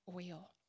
oil